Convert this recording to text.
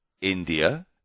India